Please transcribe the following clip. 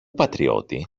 πατριώτη